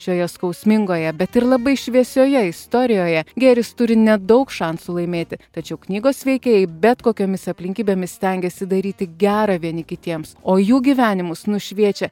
šioje skausmingoje bet ir labai šviesioje istorijoje gėris turi nedaug šansų laimėti tačiau knygos veikėjai bet kokiomis aplinkybėmis stengiasi daryti gera vieni kitiems o jų gyvenimus nušviečia